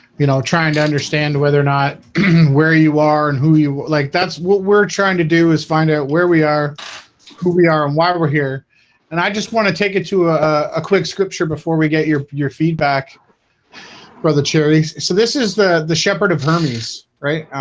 you know trying to understand whether or not even where you are and who you like that's what we're trying to do is find out where we are who we are and why we're here and i just want to take it to a quick scripture before we get your your feedback brother charities. so this is the the shepherd of hermes, right?